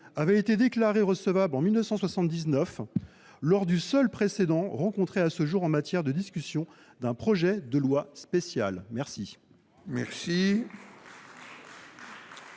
avait été déclarée recevable en 1979, lors du seul précédent rencontré à ce jour en matière de discussion d’un projet de loi spéciale.